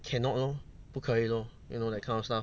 cannot lor 不可以 lor you know that kind of stuff